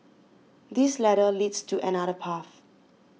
this ladder leads to another path